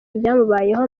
ibyamubayeho